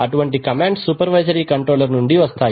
అటువంటి commands supervisory controller నుంచి వస్తాయి